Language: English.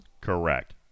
Correct